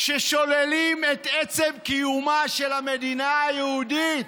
ששוללים את עצם קיומה של המדינה היהודית.